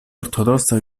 ortodossa